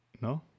No